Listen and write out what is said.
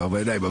בארבע עיניים.